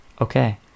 Okay